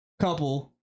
couple